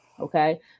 Okay